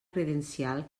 credencial